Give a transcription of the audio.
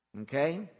Okay